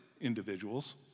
individuals